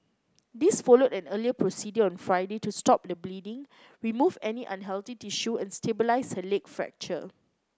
this followed an earlier procedure on Friday to stop the bleeding remove any unhealthy tissue and stabilise her leg fracture